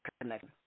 connection